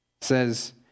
says